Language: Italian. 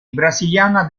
brasiliana